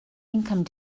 income